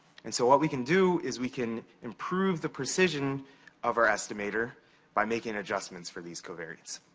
and so what we can do is we can improve the precision of our estimator by making adjustments for these covariates.